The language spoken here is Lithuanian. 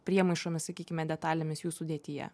priemaišomis sakykime detalėmis jų sudėtyje